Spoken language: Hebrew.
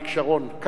אריק שרון.